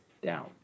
down